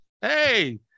Hey